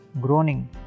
groaning